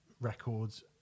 records